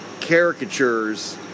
caricatures